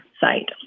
site